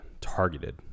targeted